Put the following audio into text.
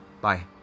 Bye